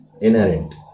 inherent